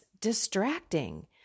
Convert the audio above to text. distracting